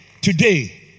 today